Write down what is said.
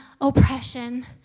oppression